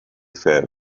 fair